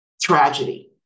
tragedy